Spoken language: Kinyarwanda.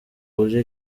buryo